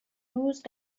روز